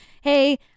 hey